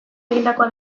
egindakoa